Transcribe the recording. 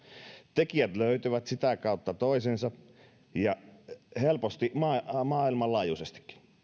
tekijät löytävät sitä kautta toisensa helposti maailmanlaajuisestikin